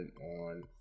on